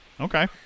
Okay